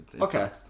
Okay